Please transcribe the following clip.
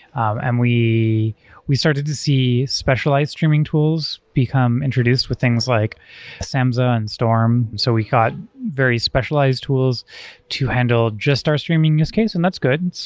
um and we we started to see specialized streaming tools become introduced with things like samza and storm. so we got very specialized tools to handle just our streaming use case, and that's good.